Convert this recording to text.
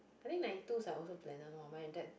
I think ninety twos are also planner !wah! my that